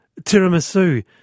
tiramisu